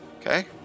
Okay